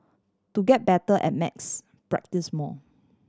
to get better at maths practise more